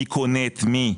מי קונה את מי,